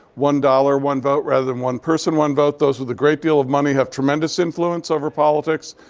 one dollars, one vote rather than one person, one vote. those with a great deal of money have tremendous influence over politics.